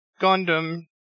Gundam